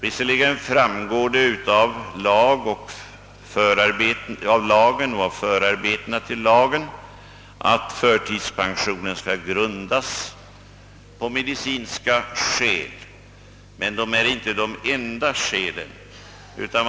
Visserligen framgår det av lagen och av förarbetena till denna att förtidspensionen skall grundas på medicinska skäl, men de är inte de enda skälen.